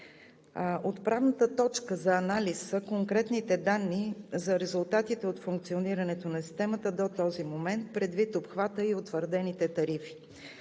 Отправната точка за анализ са конкретните данни за резултатите от функционирането на системата до този момент предвид обхвата и утвърдените тарифи.